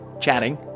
chatting